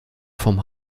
vom